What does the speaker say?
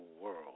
world